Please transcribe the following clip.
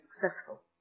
successful